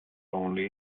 only